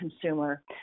consumer